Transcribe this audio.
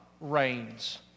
reigns